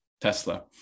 Tesla